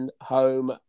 home